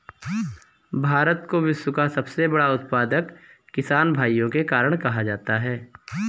भारत को विश्व का सबसे बड़ा उत्पादक किसान भाइयों के कारण कहा जाता है